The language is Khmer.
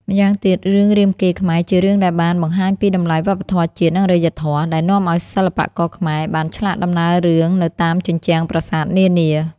ម៉្យាងទៀត រឿងរាមកេរ្តិ៍ខ្មែរជារឿងដែលបានបង្ហាញពីតម្លៃវប្បធម៌ជាតិ និងអរិយធម៌ ដែលនាំអោយសិល្បករខ្មែរបានធ្លាក់ដំណើររឿងនៅតាមជញ្ជាំងប្រាសាទនានា។